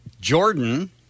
Jordan